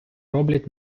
роблять